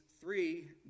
three